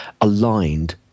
aligned